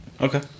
Okay